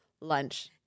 lunch